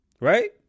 Right